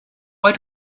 why